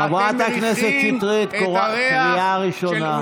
חברת הכנסת שטרית, קריאה ראשונה.